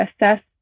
assess